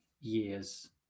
years